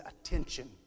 attention